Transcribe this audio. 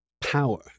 power